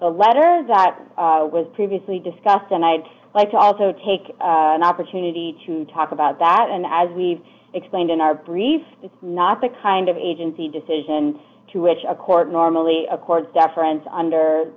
a letter that was previously discussed and i'd like to also take an opportunity to talk about that and as we've explained in our brief it's not the kind of agency decision to which a court normally accords deference under